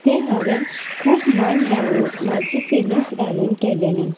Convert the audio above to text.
तें हांवें खूब मन लावून म्हाजी फिलिंग्स घालून केलेलें